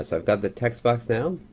so i've got the text box now,